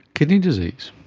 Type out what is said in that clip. kidney disease?